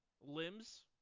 Limbs